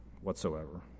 whatsoever